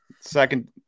second